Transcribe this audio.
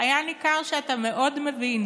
היה ניכר שאתה מאוד מבין